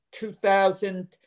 2000